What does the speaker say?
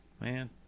man